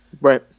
Right